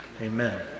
amen